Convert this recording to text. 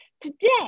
Today